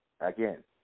Again